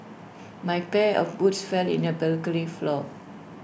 my pair of boots fell in the balcony floor